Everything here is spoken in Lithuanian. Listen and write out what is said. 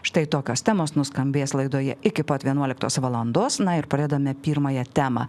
štai tokios temos nuskambės laidoje iki pat vienuoliktos valandos na ir pradedame pirmąją temą